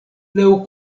laŭ